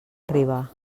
arribar